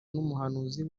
n’umuhanuzi